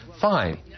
fine